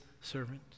servant